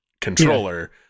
controller